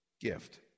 gift